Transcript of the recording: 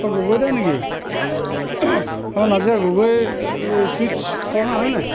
অ' গগৈ দা নেকি অ' নাজিৰা গগৈ ছুইটছ কৰ্ণাৰ হয় নাই